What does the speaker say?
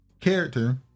character